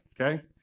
okay